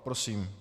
Prosím.